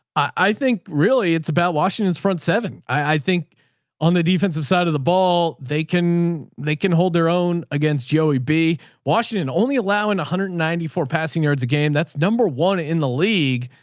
i think really it's about washington's front seven. i think on the defensive side of the ball, they can, they can hold their own against joey b washington only allowing one hundred and ninety four passing yards, a game that's number one in the league.